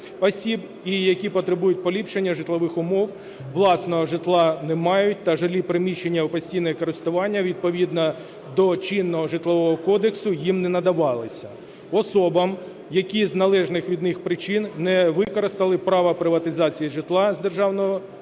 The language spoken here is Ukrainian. осіб, які потребують поліпшення житлових умов, власного житла не мають та жилі приміщення у постійне користування відповідно до чинного Житлового кодексу їм не надавалися; особам, які з незалежних від них причин не використали право приватизації житла з державного житлового